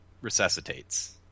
resuscitates